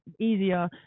easier